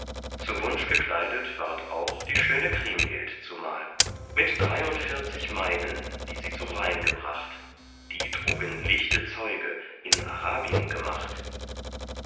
zu wunsch gekleidet ward auch die schöne kriemhild zumal mit dreiundvierzig maiden die sie zum rhein gebracht die trugen lichte zeuge in arabien gemacht